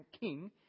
king